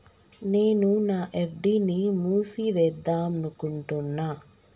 నేను నా ఎఫ్.డి ని మూసివేద్దాంనుకుంటున్న